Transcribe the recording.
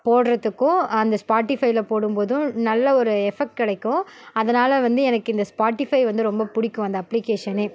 போடுறத்துக்கும் அந்த ஸ்பாட்டிஃபையில் போடும் போதும் நல்ல ஒரு எஃபெக்ட் கிடைக்கும் அதனால் வந்து எனக்கு இந்த ஸ்பாட்டிஃபை வந்து ரொம்பப் பிடிக்கும் அந்த அப்ளிக்கேஷனே